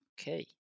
Okay